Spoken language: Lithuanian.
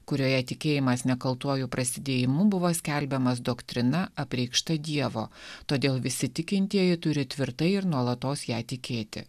kurioje tikėjimas nekaltuoju prasidėjimu buvo skelbiamas doktrina apreikšta dievo todėl visi tikintieji turi tvirtai ir nuolatos ją tikėti